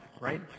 right